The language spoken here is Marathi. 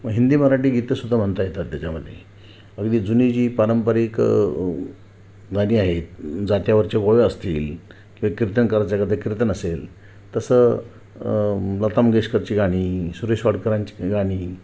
मग हिंदी मराठी गीतंसुद्धा म्हणता येतात त्याच्यामध्ये अगदी जुनी जी पारंपरिक गाणी आहेत जात्यावरच्या ओव्या असतील किंवा कीर्तनकाराचं ते कीर्तन असेल तसं लता मंगेशकरची गाणी सुरेश वाडकरांची गाणी